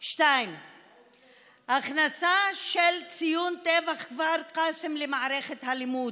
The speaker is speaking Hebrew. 2. הכנסה של ציון טבח כפר קאסם למערכת הלימוד,